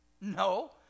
No